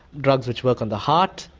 drugs which work on the heart.